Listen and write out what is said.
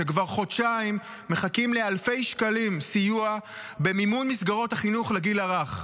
שכבר חודשיים מחכות לאלפי שקלים סיוע במימון מסגרות החינוך לגיל הרך.